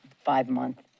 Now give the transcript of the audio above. five-month